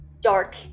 dark